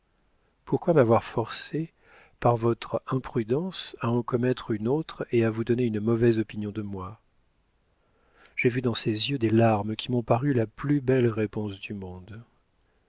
pourquoi m'avoir forcée par votre imprudence à en commettre une autre et à vous donner une mauvaise opinion de moi j'ai vu dans ses yeux des larmes qui m'ont paru la plus belle réponse du monde